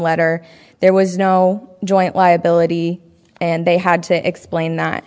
letter there was no joint liability and they had to explain not